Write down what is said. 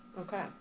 Okay